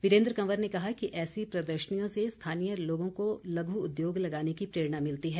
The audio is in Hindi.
वीरेन्द्र कंवर ने कहा कि ऐसी प्रदर्शनियों से स्थानीय लोगों को लघ् उद्योग लगाने की प्रेरणा मिलती है